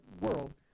world